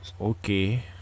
Okay